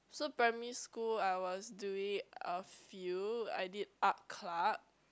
so primary school I was doing a few I did art club